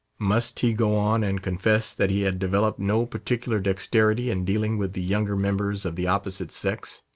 must he go on and confess that he had developed no particular dexterity in dealing with the younger members of the opposite sex?